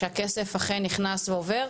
שהכסף אכן נכנס ועובר.